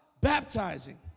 baptizing